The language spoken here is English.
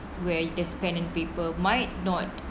where this pen and paper might not